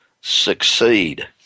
succeed